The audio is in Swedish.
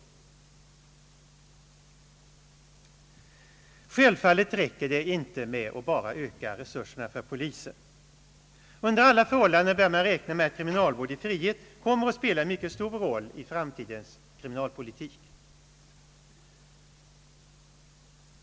Naturligtvis räcker det inte med att bara öka resurserna för polisen. Under alla förhållanden bör man räkna med att kriminalvård i frihet kommer att spela en mycket stor roll i framtidens kriminalpolitik.